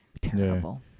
terrible